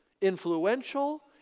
influential